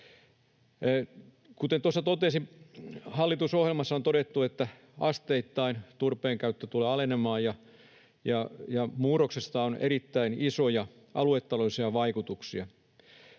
Kuten tuossa totesin, hallitusohjelmassa on todettu, että asteittain turpeen käyttö tulee alenemaan ja murroksesta on erittäin isoja aluetaloudellisia vaikutuksia.